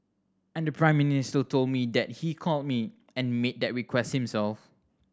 and the Prime Minister told me that he called me and made that request himself